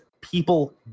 people